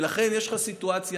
ולכן יש לך סיטואציה,